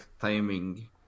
timing